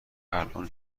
الان